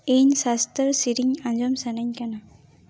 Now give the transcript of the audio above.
ᱤᱧ ᱥᱟᱥᱛᱚᱨ ᱥᱮᱨᱮᱧ ᱟᱸᱡᱚᱢ ᱥᱟᱱᱟᱧ ᱠᱟᱱᱟ